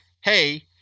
hey